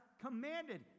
commanded